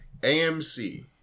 AMC